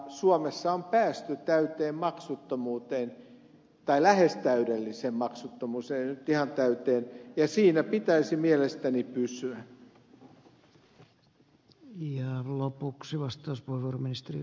suomessa on päästy täyteen maksuttomuuteen tai lähes täydelliseen maksuttomuuteen ei nyt ihan täyteen ja siinä pitäisi mielestäni pysyä